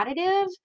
additive